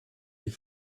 die